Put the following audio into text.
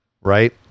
right